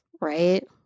right